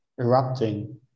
erupting